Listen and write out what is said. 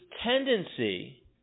tendency